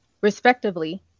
respectively